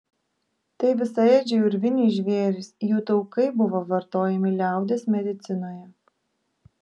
tai visaėdžiai urviniai žvėrys jų taukai buvo vartojami liaudies medicinoje